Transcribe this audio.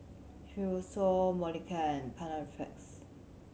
Fibrosol Molicare and Panaflex